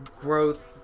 growth